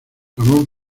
ramón